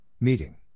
meeting